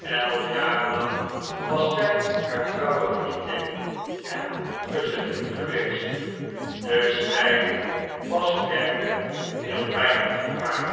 elf jaren lang was zij haar trouwe vriendin en gezellin geweest de scheiding was werkelijk heel pijnlijk voor haar